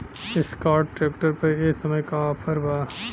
Escort tractor पर ए समय का ऑफ़र बा?